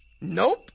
Nope